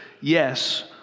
Yes